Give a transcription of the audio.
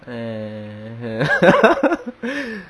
err